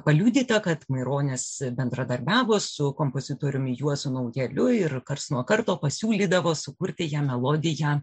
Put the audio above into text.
paliudyta kad maironis bendradarbiavo su kompozitoriumi juozu naujaliu ir karts nuo karto pasiūlydavo sukurti jam melodiją